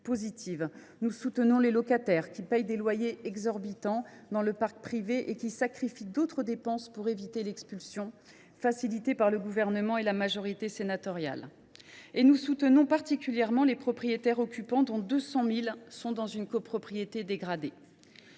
Nous soutenons les locataires qui paient des loyers exorbitants dans le parc privé et qui sacrifient d’autres dépenses pour éviter l’expulsion, que le Gouvernement et la majorité sénatoriale ont facilitée. De même, nous soutenons particulièrement les propriétaires occupants, dont 200 000 vivent dans une copropriété dégradée.